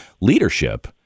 leadership